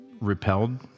repelled